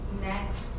next